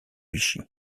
vichy